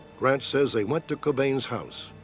grant says they went to cobain's house.